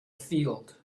field